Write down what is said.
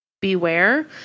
beware